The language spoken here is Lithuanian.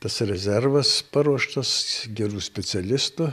tas rezervas paruoštas gerų specialistų